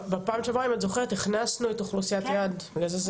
בפעם שעברה אם את זוכרת הכנסנו את אוכלוסיית היעד בגלל זה,